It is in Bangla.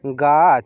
গাছ